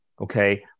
okay